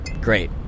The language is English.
Great